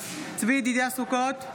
צבי ידידיה סוכות,